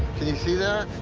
can you see that?